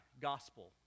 gospel